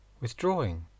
withdrawing